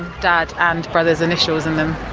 dad and brother's initials in them.